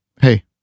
hey